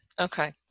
okay